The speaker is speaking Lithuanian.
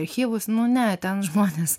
archyvus nu ne ten žmonės